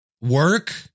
work